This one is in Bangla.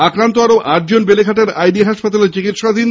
আক্রান্ত আরো আটজন বেলেঘাটার আইডি হাসপাতালে চিকিৎসাধীন